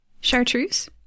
Chartreuse